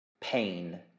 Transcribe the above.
pain